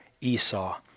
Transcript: Esau